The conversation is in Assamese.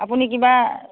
আপুনি কিবা